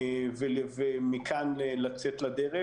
ומכאן לצאת לדרך.